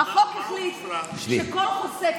החוק החליט שכל חוסה,